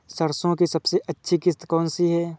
सरसो की सबसे अच्छी किश्त कौन सी है?